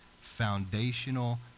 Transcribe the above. foundational